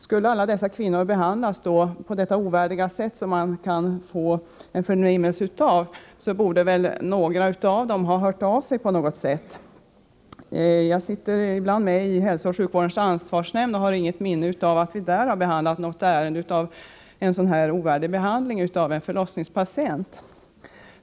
Skulle alla de kvinnor det gäller behandlas på det ovärdiga sätt som man kan få intrycket av, borde väl några av dem ha hört av sig i något sammanhang. Jag sitter ibland med i hälsooch sjukvårdens ansvarsnämnd, och jag har inget minne av att vi där behandlat något ärende som gällt ovärdig behandling av en förlossningspatient.